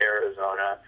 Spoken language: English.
Arizona